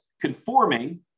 conforming